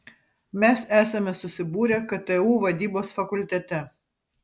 mes esame susibūrę ktu vadybos fakultete